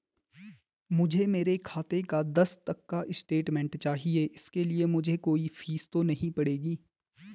मुझे मेरे खाते का दस तक का स्टेटमेंट चाहिए इसके लिए मुझे कोई फीस तो नहीं पड़ेगी?